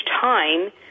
time